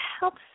helps